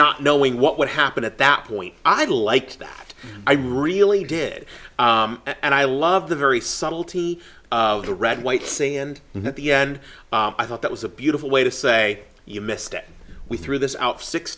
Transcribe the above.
not knowing what would happen at that point i liked that i really did and i love the very subtlety of the red white sea and at the end i thought that was a beautiful way to say you missed it we threw this out six